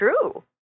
true